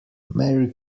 merry